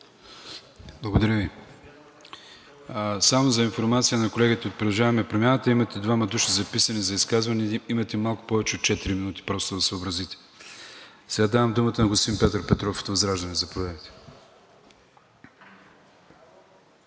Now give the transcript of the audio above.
Благодаря Ви. Само за информация на колегите от „Продължаваме Промяната“ – имате двама души записани за изказване и имате малко повече от четири минути. Просто да се съобразите. Сега давам думата на господин Петър Петров от ВЪЗРАЖДАНЕ. Заповядайте.